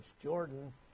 jordan